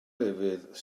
lefydd